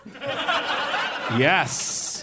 Yes